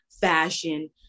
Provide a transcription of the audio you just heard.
fashion